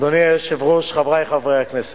אדוני היושב-ראש, חברי חברי הכנסת,